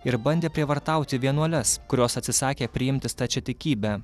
ir bandė prievartauti vienuoles kurios atsisakė priimti stačiatikybę